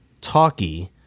talky